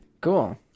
Cool